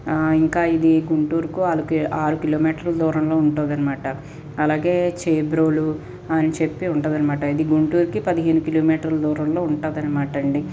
ఇంకా ఇది గుంటూరుకు ఆరుకి ఆరు కిలోమీటర్ల దూరంలో ఉంటుంది అనమాట అలాగే చేబ్రోలు అని చెప్పి ఉంటుంది అనమాట ఇది గుంటూరుకి పదిహేను కిలోమీటర్ల దూరంలో ఉంటుంది అనమాట అండి